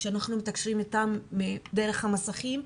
כשאנחנו מתקשרים איתם דרך המסכים,